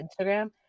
instagram